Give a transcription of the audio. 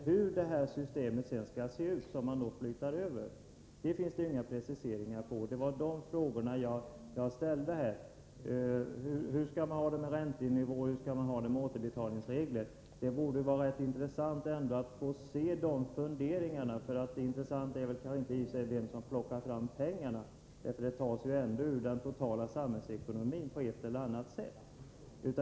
Hur det system som man flyttar över skall se ut finns det inga preciseringar om. Det var just de frågorna jag ställde: Hur skall man ha det med räntenivån och återbetalningsreglerna? Det vore rätt intressant att få se funderingarna på de punkterna. Det intressanta är i och för sig inte vem som plockar fram pengarna, eftersom de tas ur den totala samhällsekonomin på ett eller annat sätt.